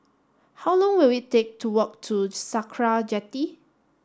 how long will it take to walk to Sakra Jetty